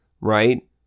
right